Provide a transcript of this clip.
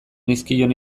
nizkion